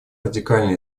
радикально